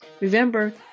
Remember